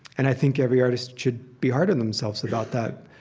and i think every artist should be hard on themselves about that.